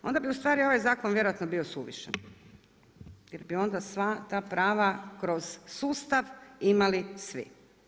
Onda bi ustvari ovaj zakon vjerojatno bio suvišan, jer bi onda sva ta prava kroz sustav imali svi.